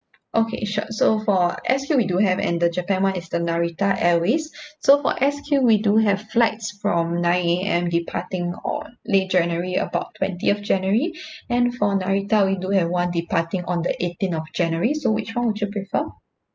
okay sure so for S_Q we do have and the japan one is the narita airways so for S_Q we do have flights from nine A_M departing on late january about twentieth january and for narita we do have one departing on the eighteen of january so which one would you prefer